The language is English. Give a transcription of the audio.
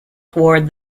toward